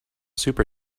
super